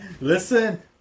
Listen